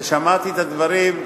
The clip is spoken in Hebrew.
ושמעתי את הדברים,